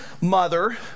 mother